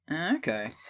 Okay